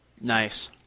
Nice